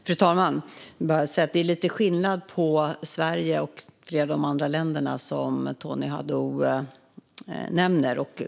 Fru talman! Jag vill bara säga att det är lite skillnad på Sverige och de andra länder som Tony Haddou nämner.